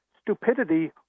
stupidity